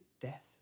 death